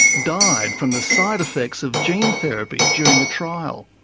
died from the side effects of gene therapy during a trial.